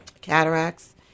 cataracts